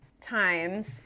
times